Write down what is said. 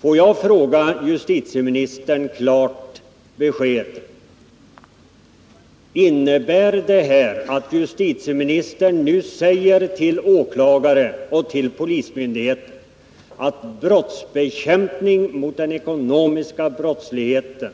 Får jag då be om ett klart besked från justitieministern: Innebär detta att justitieministern nu säger till åklagaroch polismyndigheten att bekämpandet av den ekonomiska brottsligheten